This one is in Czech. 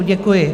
Děkuji.